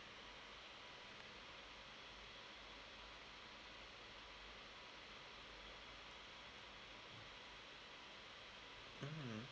mm